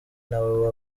nawe